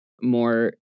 more